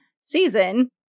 season